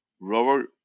Robert